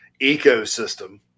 ecosystem